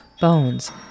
bones